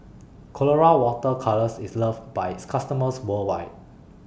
Colora Water Colours IS loved By its customers worldwide